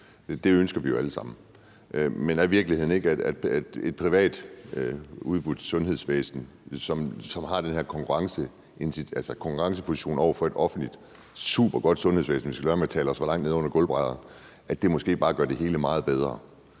det ønsker vi jo alle sammen at blive. Men er virkeligheden ikke, at et privat udbudt sundhedsvæsen, som har den her konkurrenceposition over for et offentligt supergodt sundhedsvæsen – vi skal lade være med at tale det for langt ned under gulvbrædderne – måske bare gør det hele meget bedre,